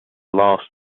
last